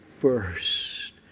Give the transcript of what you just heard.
first